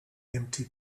empty